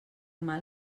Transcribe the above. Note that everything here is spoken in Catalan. mal